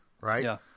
right